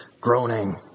groaning